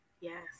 Yes